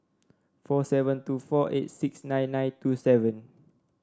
four seven two four eight six nine nine two seven